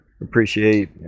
appreciate